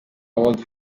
world